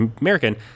American